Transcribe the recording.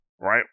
Right